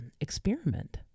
experiment